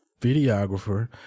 videographer